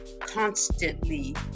constantly